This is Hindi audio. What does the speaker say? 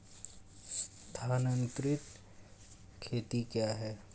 स्थानांतरित खेती क्या है?